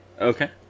Okay